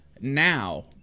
now